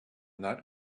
not